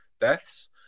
deaths